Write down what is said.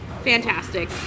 fantastic